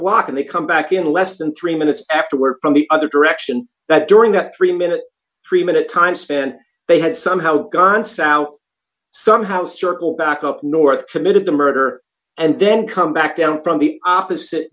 walk and they come back in less than three minutes afterward from the other direction that during that three minute three minute time span they had somehow gotten south somehow circled back up north committed the murder and then come back down from the opposite